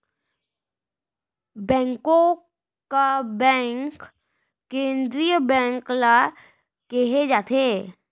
बेंको का बेंक केंद्रीय बेंक ल केहे जाथे